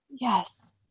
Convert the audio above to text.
Yes